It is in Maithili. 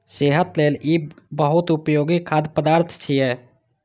सेहत लेल ई बहुत उपयोगी खाद्य पदार्थ छियै